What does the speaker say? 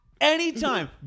Anytime